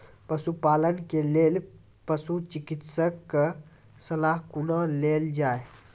पशुपालन के लेल पशुचिकित्शक कऽ सलाह कुना लेल जाय?